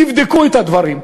תבדקו את הדברים.